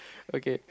okay